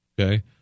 Okay